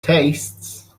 tastes